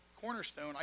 Cornerstone